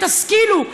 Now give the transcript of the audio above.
תשכילו.